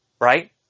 right